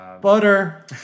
Butter